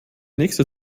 nächste